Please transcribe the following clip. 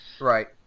Right